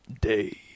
Day